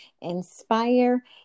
inspire